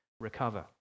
recover